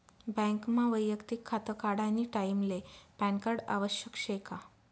बँकमा वैयक्तिक खातं काढानी टाईमले पॅनकार्ड आवश्यक शे का?